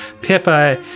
Pippa